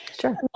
Sure